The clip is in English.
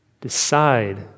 Decide